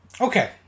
Okay